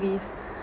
movies